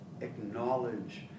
acknowledge